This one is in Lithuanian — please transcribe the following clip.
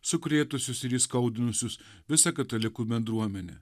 sukrėtusius ir įskaudinusius visą katalikų bendruomenę